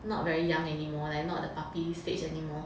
not very young anymore like not the puppy stage anymore